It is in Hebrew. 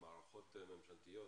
מערכות ממשלתיות,